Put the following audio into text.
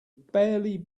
barely